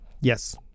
Yes